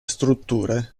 strutture